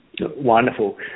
Wonderful